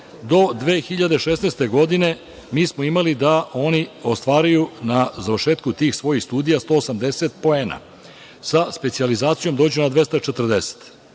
do 2016. godine mi smo imali da oni ostvaruju na završetku tih svojih studija 180 poena, sa specijalizacijom dođu na 240.